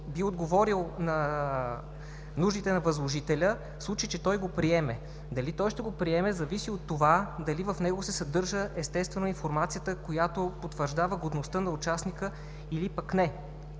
би отговорил на нуждите на възложителя, в случай че той го приеме. Дали ще го приеме, зависи от това дали в него се съдържа информацията, която потвърждава годността на участника или пък не.